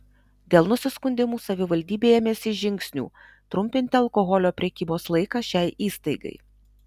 dėl nusiskundimų savivaldybė ėmėsi žingsnių trumpinti alkoholio prekybos laiką šiai įstaigai